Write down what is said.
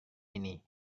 ini